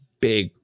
big